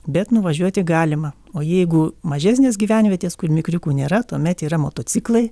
bet nuvažiuoti galima o jeigu mažesnės gyvenvietės kur mikriukų nėra tuomet yra motociklai